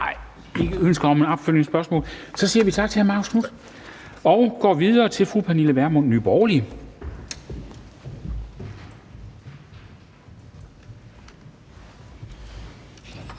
Så siger vi tak til hr. Marcus Knuth og går videre til fru Pernille Vermund, Nye Borgerlige.